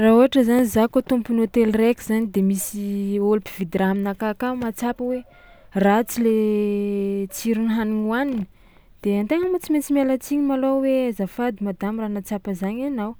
Raha ôhatra zany za kôa tompon'ny hôtely raiky zany de misy ôlo mpividy raha aminakahy aka mahatsapa hoe ratsy le tsiron'ny hanigny hohaniny de an-tegna moa tsy maintsy miala tsiny malôha hoe: azafady madama raha nahatsapa zagny anao,